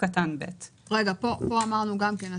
פה אמרנו גם כן,